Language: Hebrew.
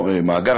מאותו מאגר,